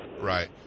right